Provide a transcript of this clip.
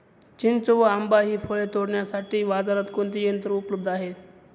चिंच व आंबा हि फळे तोडण्यासाठी बाजारात कोणते यंत्र उपलब्ध आहे?